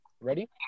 Ready